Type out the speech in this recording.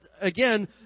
again